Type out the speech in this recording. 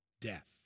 death